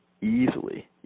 Easily